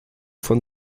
von